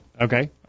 Okay